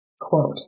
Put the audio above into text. quote